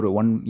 one